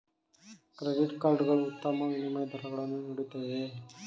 Credit card ಗಳು ಉತ್ತಮ ವಿನಿಮಯ ದರಗಳನ್ನು ನೀಡುತ್ತವೆಯೇ?